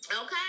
okay